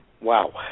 Wow